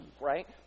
Right